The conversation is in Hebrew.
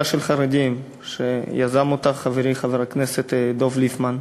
חרדים שיזם חברי חבר הכנסת דב ליפמן,